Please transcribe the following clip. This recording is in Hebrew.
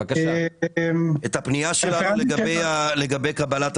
של חבר הכנסת